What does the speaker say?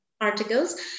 articles